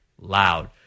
loud